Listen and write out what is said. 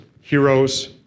heroes